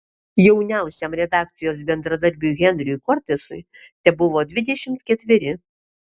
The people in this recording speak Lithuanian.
jauniausiam redakcijos bendradarbiui henriui kortesui tebuvo dvidešimt ketveri